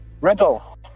Riddle